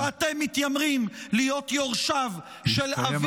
שאתם מתיימרים להיות יורשיו של -- הסתיים הזמן.